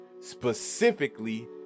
specifically